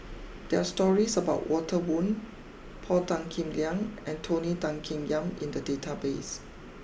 there are stories about Walter Woon Paul Tan Kim Liang and Tony Tan Keng Yam in the database